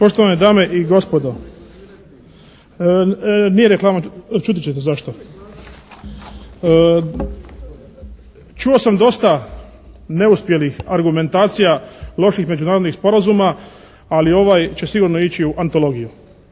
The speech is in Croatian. Poštovane dame i gospodo. Nije reklama, čuti ćete zašto. Čuo sam dosta neuspjelih argumentacija, loših međunarodnih sporazuma, ali ovaj će sigurno ići u antologiju.